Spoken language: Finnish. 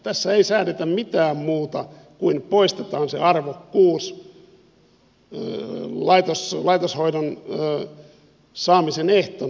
tässä ei säädetä mitään muuta kuin että poistetaan se arvokkuus laitoshoidon saamisen ehtona